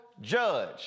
judge